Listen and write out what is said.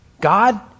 God